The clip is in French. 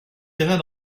terrain